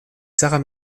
sarah